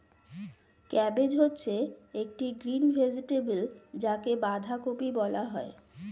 cabbage হচ্ছে একটি green vegetable যাকে বাঁধাকপি বলা হয়